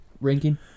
ranking